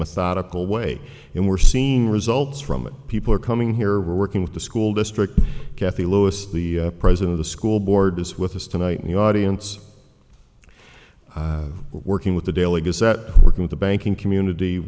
methodical way and we're seeing results from it people are coming here we're working with the school district kathy lois the president of the school board is with us tonight in the audience i have working with the daily gazette working in the banking community